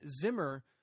Zimmer